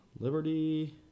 Liberty